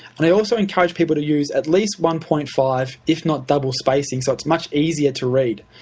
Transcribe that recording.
i also encourage people to use at least one point five, if not double spacing, so it's much easier to read.